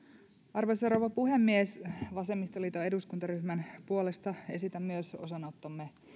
arvoisa rouva puhemies vasemmistoliiton eduskuntaryhmän puolesta esitän myös osanottomme